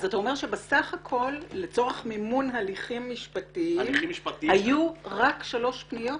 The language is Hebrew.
אז אתה אומר שבסך הכול לצורך מימון הליכים משפטיים היו רק שלוש פניות?